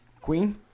Queen